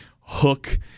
Hook